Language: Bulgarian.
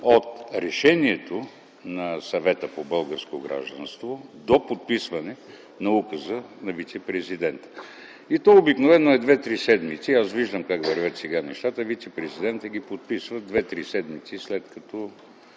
от решението на Съвета по българско гражданство до подписване на указа на вицепрезидента. Той обикновено е 2-3 седмици. Аз виждам как вървят сега нещата – вицепрезидентът ги подписва 2-3 седмици, след като